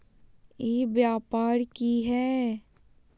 ई व्यापार की हाय?